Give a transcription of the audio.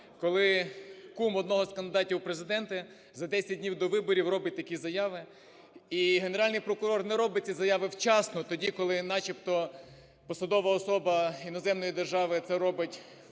коли кум одного з кандидатів у Президенти за десять днів до виборів робить такі заяви. І Генеральний прокурор не робить ці заяви вчасно, тоді, коли начебто посадова особа іноземної держави це робить